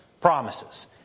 promises